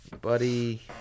Buddy